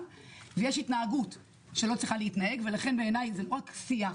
ויש התנהגות שלא צריכה להיות ולכן בעיניי זה עוד שיח.